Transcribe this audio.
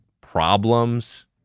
Problems